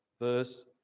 verse